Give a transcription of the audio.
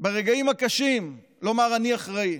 שברגעים הקשים אמר: אני אחראי.